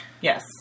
Yes